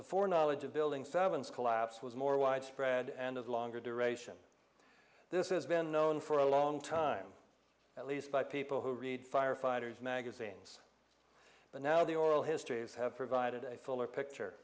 the four knowledge of building seven is collapse was more widespread and as longer duration this has been known for a long time at least by people who read firefighters magazines but now the oral histories have provided a fuller picture